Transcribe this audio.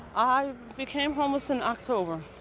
i became homeless in october.